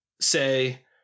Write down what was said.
say